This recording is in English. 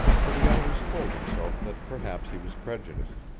but he always told himself that perhaps he was prejudiced.